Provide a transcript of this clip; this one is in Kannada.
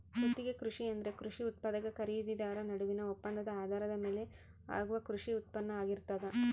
ಗುತ್ತಿಗೆ ಕೃಷಿ ಎಂದರೆ ಕೃಷಿ ಉತ್ಪಾದಕ ಖರೀದಿದಾರ ನಡುವಿನ ಒಪ್ಪಂದದ ಆಧಾರದ ಮೇಲೆ ಆಗುವ ಕೃಷಿ ಉತ್ಪಾನ್ನ ಆಗಿರ್ತದ